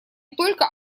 только